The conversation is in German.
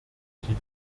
die